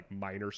minor